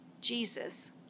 Jesus